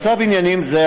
במצב עניינים זה,